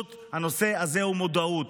הנושא הזה הוא פשוט מודעות,